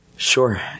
Sure